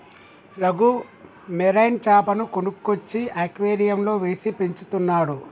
Raghu marine చాపను కొనుక్కొచ్చి అక్వేరియంలో వేసి పెంచుతున్నాడు